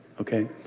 okay